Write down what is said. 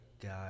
God